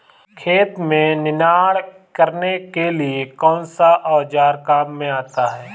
खेत में निनाण करने के लिए कौनसा औज़ार काम में आता है?